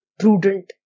prudent